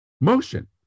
motion